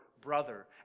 brother